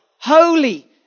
holy